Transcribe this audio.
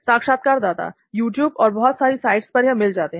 साक्षात्कारदाता यूट्यूब और बहुत सारी साइट्स पर यह मिल जाते हैं